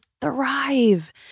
thrive